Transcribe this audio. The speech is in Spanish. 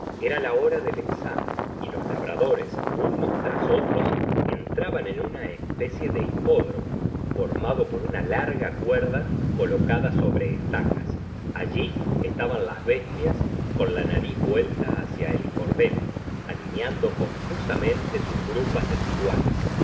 era la hora del examen y los labradores unos tras otros entraban en una especie de hipódromo formado por una larga cuerda colocada sobre estacas allí estaban las bestias con la nariz vuelta hacia el cordel alineando confusamente sus grupas desiguales